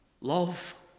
Love